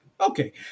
Okay